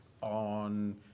on